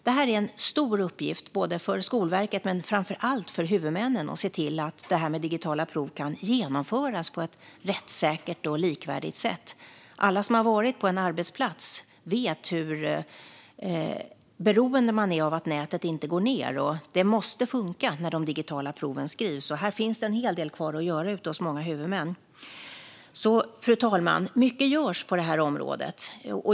Det är en stor uppgift för Skolverket, men framför allt för huvudmännen, att se till att digitala prov kan genomföras på ett rättssäkert och likvärdigt sätt. Alla som har varit på en arbetsplats vet hur beroende man är av att nätet inte går ned. Det måste funka när de digitala proven skrivs, och här finns en hel del kvar att göra ute hos många huvudmän. Fru talman! Mycket görs på detta område.